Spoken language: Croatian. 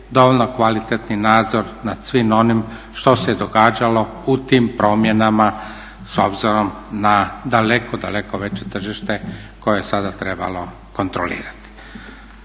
dovoljno kvalitetni nadzor nad svim onim što se događalo u tim promjenama s obzirom na daleko, daleko veće tržište koje je sada trebalo kontrolirati.